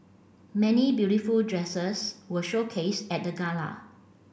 many beautiful dresses were showcased at the gala